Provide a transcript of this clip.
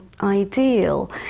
ideal